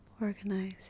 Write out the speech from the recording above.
organize